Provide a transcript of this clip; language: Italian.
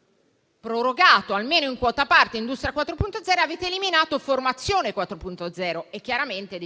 avete prorogato almeno in quota parte Industria 4.0, avete eliminato Formazione 4.0, e chiaramente